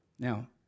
Now